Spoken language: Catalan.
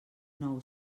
nou